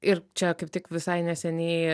ir čia kaip tik visai neseniai